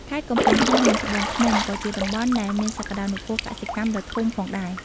ខេត្តកំពង់ចាម និង ត្បូងឃ្មុំ ក៏ជាតំបន់ដែលមានសក្តានុពលកសិកម្មដ៏ធំផងដែរ។